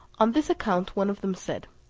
on this account one of them said,